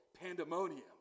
pandemonium